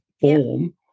form